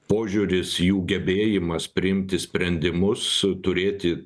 požiūris jų gebėjimas priimti sprendimus turėti